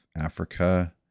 Africa